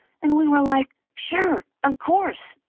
and we were like, sure, of course!